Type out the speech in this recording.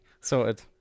Sorted